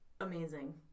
Amazing